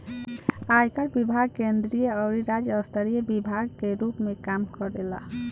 आयकर विभाग केंद्रीय अउरी राज्य स्तरीय विभाग के रूप में काम करेला